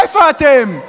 איפה אתם?